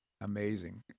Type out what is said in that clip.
Amazing